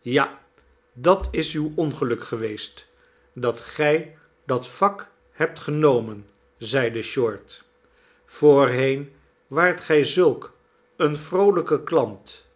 ja dat is uw ongeluk geweest dat gij dat vak hebt genomen zeide short voorheen waart gij zulk een vroolijke klant